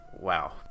wow